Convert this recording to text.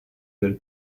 del